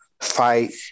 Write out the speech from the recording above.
fight